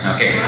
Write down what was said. Okay